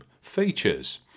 features